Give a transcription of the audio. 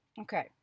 okay